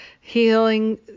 healing